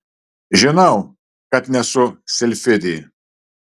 žinau kad nesu silfidė